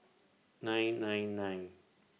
nine nine nine